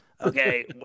Okay